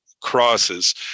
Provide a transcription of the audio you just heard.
crosses